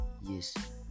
yes